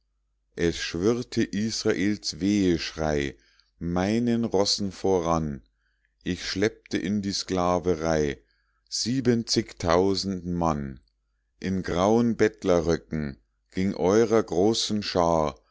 es schwirrte israels weheschrei meinen rossen voran ich schleppte in die sklaverei siebenzigtausend mann in grauen bettlerröcken ging eurer großen schar